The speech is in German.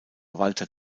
walter